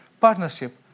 Partnership